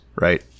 right